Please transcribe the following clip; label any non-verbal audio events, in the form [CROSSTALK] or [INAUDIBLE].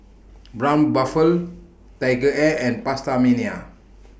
[NOISE] Braun Buffel TigerAir and PastaMania